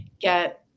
get